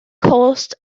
cost